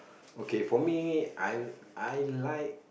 okay for me I I like